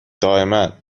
دائما